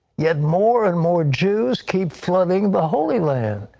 yet more and more jews keep flooding the holy land.